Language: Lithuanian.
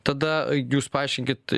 tada jūs paaiškinkit